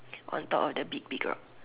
on top of the big big rock